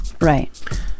right